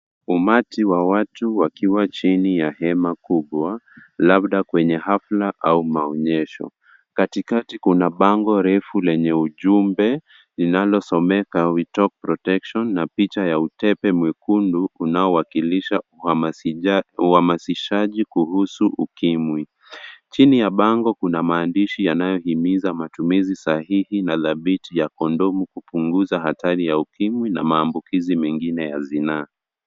Umati wa watu wakiwa chini ya hema kubwa, labda kwenye hafla au maonyesho, katikati kuna bango refu lenye ujumbe linalosomeka We talk Protection na picha ya utepe mwekundu unaowakilisha uhamasishaji kuhusu ukimwi. Chini ya bango kuna maandishi yanayohimiza matumizi sahihi na thabiti ya kondomu kupunguza hatari ya ukimwi na maambukizi mengine ya zinaa.